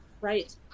right